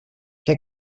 que